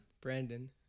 brandon